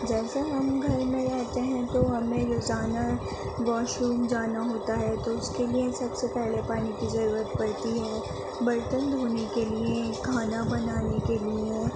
جیسے ہم گھر میں رہتے ہیں تو ہمیں روزانہ واش روم جانا ہوتا ہے تو اس کے لیے سب سے پہلے پانی کی ضرورت پڑتی ہے برتن دھونے کے لیے کھانا بنانا کے لیے